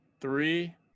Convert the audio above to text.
Three